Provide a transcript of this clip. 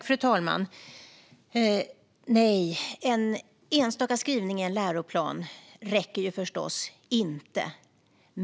Fru talman! Nej, en enstaka skrivning i en läroplan räcker förstås inte.